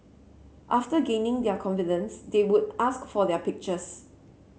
after gaining their confidence they would ask for their pictures